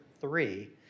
three